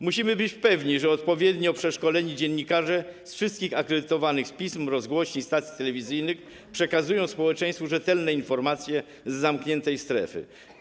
Musimy być pewni, że odpowiednio przeszkoleni dziennikarze z wszystkich akredytowanych pism, rozgłośni i stacji telewizyjnych przekazują społeczeństwu rzetelne informacje z zamkniętej strefy.